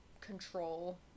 control